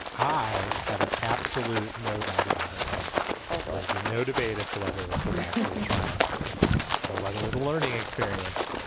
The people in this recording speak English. i have an absolute no doubt about it. fail or be no debate as to whether this was actually a triumph or whether it was a learning experience.